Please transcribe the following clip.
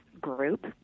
group